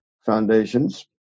foundations